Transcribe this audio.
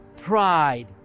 pride